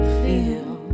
feel